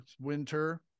winter